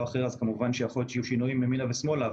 אחר כמובן שיכולים להיות שינויים ימינה ושמאלה,